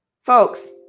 Folks